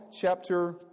chapter